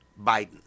biden